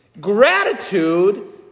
Gratitude